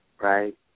right